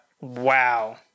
Wow